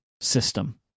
system